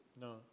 No